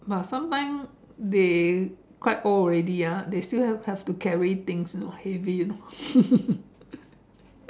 but sometimes they quite old already ah they still have to carry things you know heavy you know